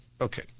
Okay